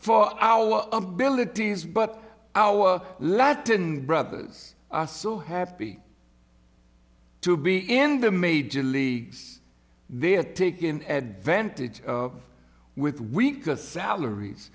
for our abilities but our latin brothers are so happy to be in the major leagues they're taken advantage of with weaker salaries